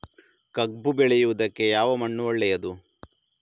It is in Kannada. ಕಬ್ಬು ಬೆಳೆಯುವುದಕ್ಕೆ ಯಾವ ಮಣ್ಣು ಒಳ್ಳೆಯದು?